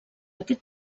aquest